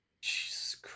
jesus